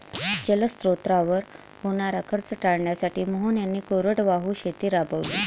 जलस्रोतांवर होणारा खर्च टाळण्यासाठी मोहन यांनी कोरडवाहू शेती राबवली